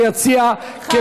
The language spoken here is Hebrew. היציע, חבל.